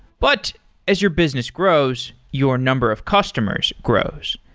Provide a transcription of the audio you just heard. but as your business grows, your number of customers grows.